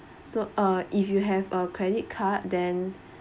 so uh if you have a credit card then